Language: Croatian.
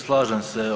Slažem se.